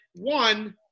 one